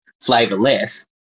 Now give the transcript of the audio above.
flavorless